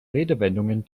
redewendungen